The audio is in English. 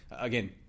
again